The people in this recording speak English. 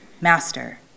master